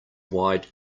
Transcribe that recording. wide